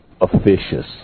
officious